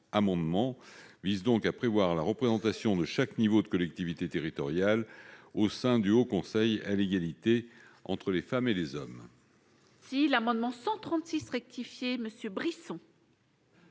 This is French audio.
amendement vise à prévoir la représentation de chaque niveau de collectivités territoriales au sein du Haut Conseil à l'égalité entre les femmes et les hommes. L'amendement n° 136 rectifié, présenté